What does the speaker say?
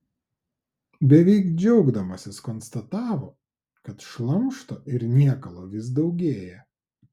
beveik džiaugdamasis konstatavo kad šlamšto ir niekalo vis daugėja